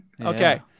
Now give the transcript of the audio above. Okay